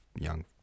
young